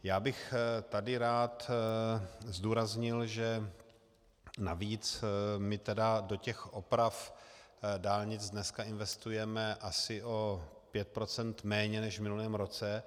Já bych tady rád zdůraznil, že navíc my do těch oprav dálnic dneska investujeme asi o pět procent méně než v minulém roce.